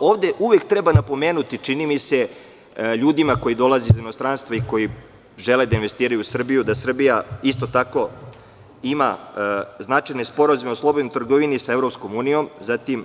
Ovde uvek treba napomenuti, čini mi se, ljudima koji dolaze iz inostranstva i koji žele da investiraju u Srbiju, da Srbija isto tako ima značajne sporazume o slobodnoj trgovini sa EU, zatim